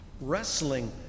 wrestling